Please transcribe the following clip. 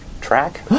track